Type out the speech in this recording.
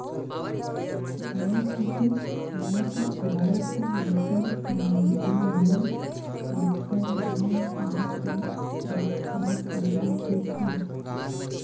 naked neck cross नसल के मुरगी हर बच्छर में सौ के आसपास अंडा देथे